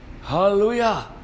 hallelujah